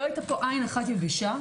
לא היתה פה עין אחת יבשה,